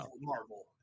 Marvel